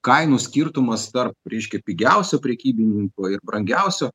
kainų skirtumas tarp reiškia pigiausio prekybininko ir brangiausio